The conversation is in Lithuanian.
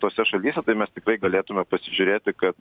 tose šalyse tai mes tikrai galėtume pasižiūrėti kad